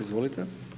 Izvolite.